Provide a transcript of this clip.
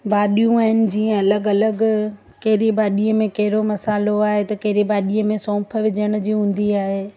भाॼियूं आहिनि जीअं अलॻि अलॻि कहिड़ी भाॼीअ में कहिड़ो मसालो आहे त कहिड़ी भाॼीअ में सौंफ़ विझण जी हूंदी आहे